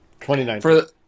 2019